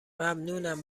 ممنونم